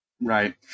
Right